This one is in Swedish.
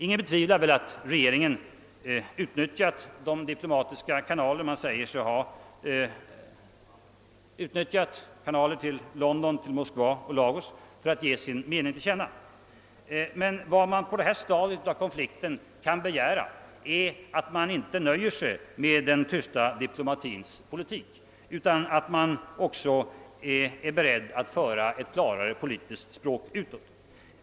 Ingen betvivlar väl att regeringen inte utnyttjat de diplomatiska kanalerna till London, Moskva och Lagos för att ge sin mening till känna. Vad man på detta stadium av konflikten emellertid kan begära är att regeringen inte nöjer sig med den tysta diplomatins politik utan att den också är beredd att utåt föra ett klarare politiskt språk.